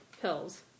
pills